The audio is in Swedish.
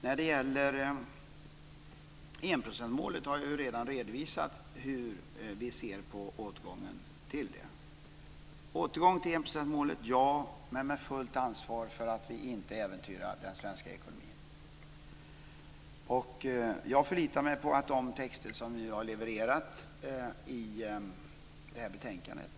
Fru talman! Jag har redan redovisat hur vi ser på återgången till enprocentsmålet. Vi säger ja till återgång till enprocentsmålet, men med fullt ansvar för att vi inte äventyrar den svenska ekonomin. Jag förlitar mig på de texter vi har levererat i det här betänkandet.